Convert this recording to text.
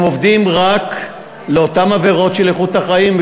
הם עובדים רק על אותן עבירות של איכות החיים,